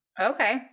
Okay